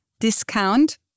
Discount